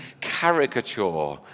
caricature